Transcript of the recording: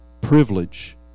privilege